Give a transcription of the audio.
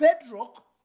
bedrock